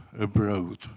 abroad